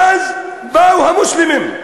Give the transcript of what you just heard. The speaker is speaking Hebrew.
ואז באו המוסלמים,